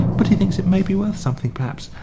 but he thinks it may be worth something perhaps.